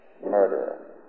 Murderer